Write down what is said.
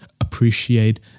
appreciate